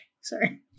sorry